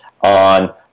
on